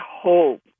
hope